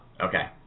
Okay